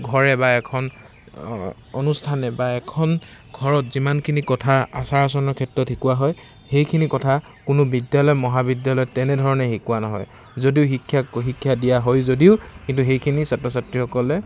ঘৰে বা এখন অনুষ্ঠানে বা এখন ঘৰত যিমানখিনি কথা আচাৰ আচৰণৰ ক্ষেত্ৰত শিকোৱা হয় সেইখিনি কথা কোনো বিদ্যালয় মহাবিদ্যালয়ত তেনেধৰণে শিকোৱা নহয় যদিও শিক্ষা শিক্ষা দিয়া হয় যদিও কিন্তু সেইখিনি ছাত্ৰ ছাত্ৰীসকলে